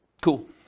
Cool